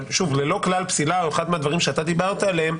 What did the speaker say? אבל שוב ללא כלל פסילה או אחד מהדברים שאתה דיברת עליהם,